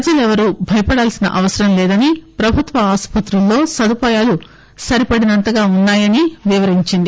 ప్రజలు ఎవరూ భయపడాల్సిన అవసరం లేదని ప్రభుత్వ ఆస్పత్రులలో సదుపాయాలు సరిపడినంత ఉన్నా యని వివరించింది